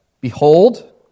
Behold